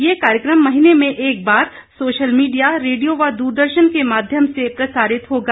ये कार्यक्रम महीने में एक बार सोशल मीडिया रेडियो व द्रदर्शन के माध्यम से प्रसारित होगा